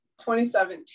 2017